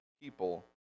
people